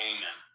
Amen